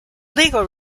legal